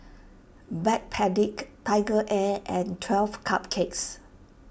Backpedic TigerAir and twelve Cupcakes